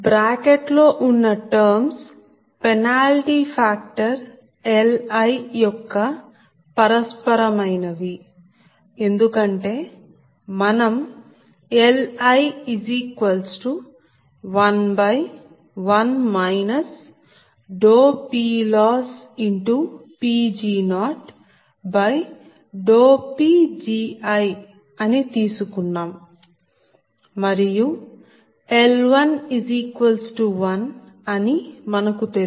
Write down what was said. bracket లో ఉన్న terms penalty factor Li యొక్క పరస్పరమైన వి ఎందుకంటే మనం Li11 PLossPg0Pgi అని తీసుకున్నాం మరియు L11 అని మనకు తెలుసు